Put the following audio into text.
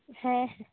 ᱦᱮᱸ ᱦᱮᱸ